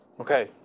okay